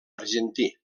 argentí